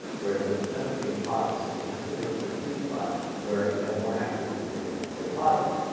whereas there's asymmetry in posits, and this is the the sweet spot where you have more accuracy for the for the posits.